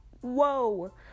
whoa